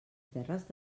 terres